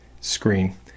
screen